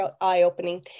eye-opening